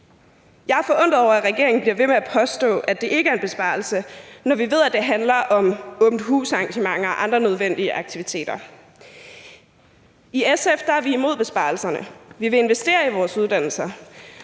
Jeg er forundret over, at regeringen bliver ved med at påstå, at det ikke er en besparelse, når vi ved, at det handler om åbent hus-arrangementer og andre nødvendige aktiviteter. I SF er vi imod besparelserne. Vi vil investere i vores uddannelser,